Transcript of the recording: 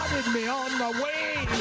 me on my way.